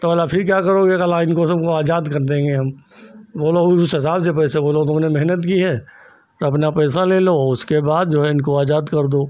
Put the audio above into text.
तो बोला फिर क्या करोगे तो बोला इनको सबको आज़ाद कर देंगे हम बोला उस हिसाब से पैसे बोले तुमने मेहनत की है अपना पैसा ले लो औ उसके बाद जो है इनको आज़ाद कर दो